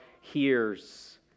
hears